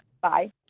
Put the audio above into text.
Bye